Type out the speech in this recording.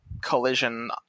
collision